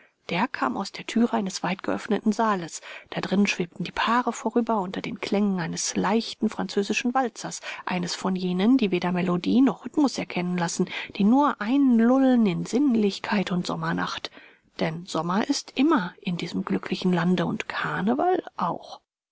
der kam aus der türe eines weitgeöffneten saales da drinnen schwebten die paare vorüber unter den klängen eines leichten französischen walzers eines von jenen die weder melodie noch rhythmus erkennen lassen die nur einlullen in sinnlichkeit und sommernacht denn sommer ist immer in diesem glücklichen lande und karneval auch